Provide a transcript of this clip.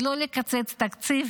ולא לקצץ תקציב